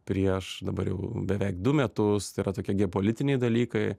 prieš dabar jau beveik du metus tai yra tokie geopolitiniai dalykai